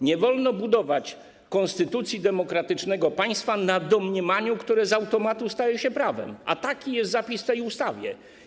Nie wolno budować konstytucji demokratycznego państwa na domniemaniu, które z automatu staje się prawem, a taki jest zapis w tej ustawie.